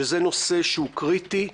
שזה נושא קריטי.